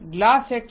glass એટલે શું